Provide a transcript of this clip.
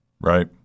Right